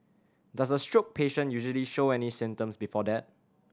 does a stroke patient usually show any symptoms before that